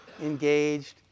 engaged